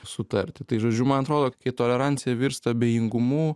sutarti tai žodžiu man atrodo kai tolerancija virsta abejingumu